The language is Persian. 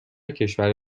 کشور